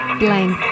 blank